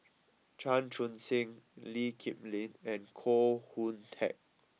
Chan Chun Sing Lee Kip Lin and Koh Hoon Teck